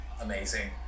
Amazing